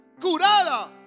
curada